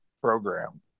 Program